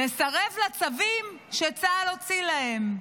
לסרב לצווים שצה"ל הוציא להם.